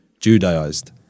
Judaized